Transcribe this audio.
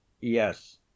Yes